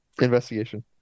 investigation